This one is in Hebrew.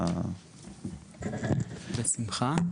בשמחה,